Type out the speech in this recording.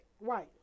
Right